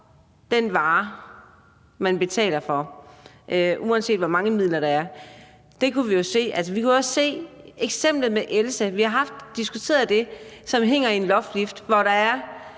den vare, man betaler for, uanset hvor mange midler der er. Det kunne vi jo se, også i eksemplet med Else, som vi har diskuteret, som hænger i en loftlift, hvor der,